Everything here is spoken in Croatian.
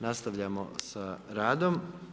Nastavljamo sa radom.